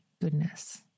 goodness